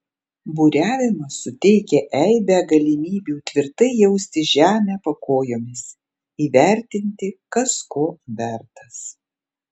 buriavimas suteikia eibę galimybių tvirtai jausti žemę po kojomis įvertinti kas ko vertas